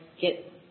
get